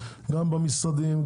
גם במשרדים,